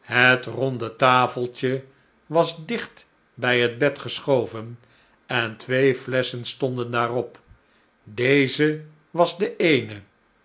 het ronde tafeltje was dicht bij het bed gesphoven en twee flesschen stonden daarop deze was de eene